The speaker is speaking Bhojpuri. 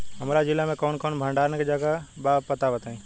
हमरा जिला मे कवन कवन भंडारन के जगहबा पता बताईं?